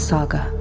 Saga